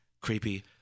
Creepy